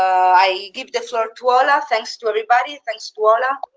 i give the floor to ola. thanks to everybody, thanks to ola.